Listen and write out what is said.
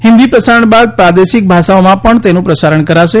હિન્દી પ્રસારણ બાદ પ્રાદેશિક ભાષાઓમાં તેનું પ્રસારણ કરાશે